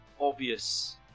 obvious